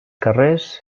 carrers